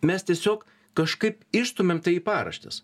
mes tiesiog kažkaip išstumiam tai į paraštes